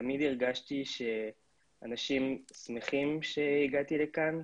תמיד הרגשתי שאנשים שמחים שהגעתי לכאן,